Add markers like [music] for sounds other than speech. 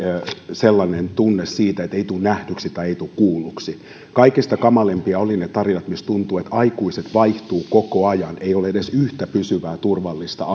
tunne siitä että ei tule nähdyksi tai ei tule kuulluksi kaikista kamalimpia olivat ne tarinat joissa tuntui että aikuiset vaihtuvat koko ajan ei ole edes yhtä pysyvää turvallista [unintelligible]